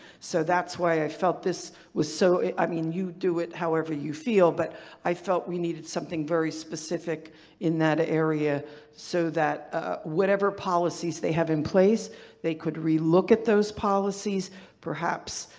so that's why i felt this was so. i mean you do it however you feel, but i felt we needed something very specific in that area so that ah whatever policies they have in place they could re-look at those policies perhaps,